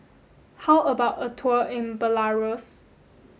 how about a tour in Belarus